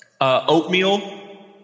Oatmeal